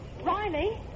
Riley